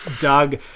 Doug